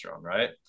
right